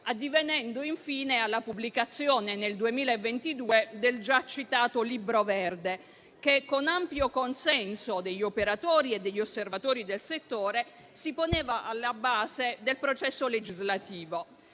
addivenendo infine alla pubblicazione nel 2022 del già citato Libro verde che, con ampio consenso degli operatori e degli osservatori del settore, si poneva alla base del processo legislativo;